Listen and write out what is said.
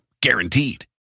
Guaranteed